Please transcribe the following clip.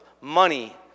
money